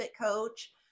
coach